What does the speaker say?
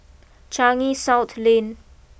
Changi South Lane